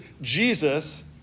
Jesus